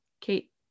Kate